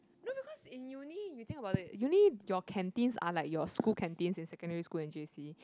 no because in uni you think about it uni your canteens are like your school canteens in secondary school and j_c